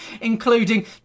including